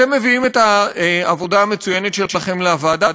אתם מביאים את העבודה המצוינת שלכם לוועדה,